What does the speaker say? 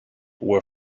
were